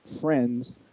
friends